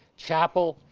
chapel,